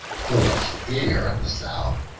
full of fear of the sow,